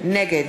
נגד